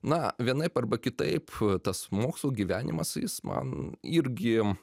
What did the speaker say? na vienaip arba kitaip tas mokslo gyvenimas jis man irgi